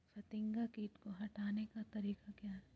फतिंगा किट को हटाने का तरीका क्या है?